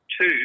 two